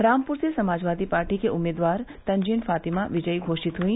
रामपुर से समाजवादी पार्टी की उम्मीदवार तंजीन फातिमा विजयी घोषित हुई